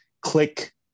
click